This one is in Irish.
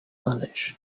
anois